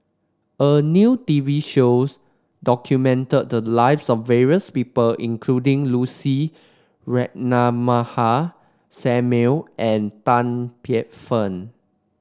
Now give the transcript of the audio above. a new T V shows documented the lives of various people including Lucy Ratnammah Samuel and Tan Paey Fern